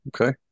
Okay